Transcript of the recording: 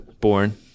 born